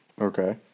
Okay